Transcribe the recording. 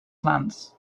plants